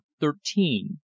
Thirteen